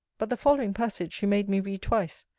but the following passage she made me read twice.